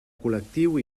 col·lectiu